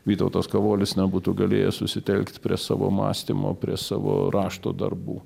vytautas kavolis nebūtų galėjęs susitelkt prie savo mąstymo prie savo rašto darbų